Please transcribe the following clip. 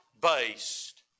based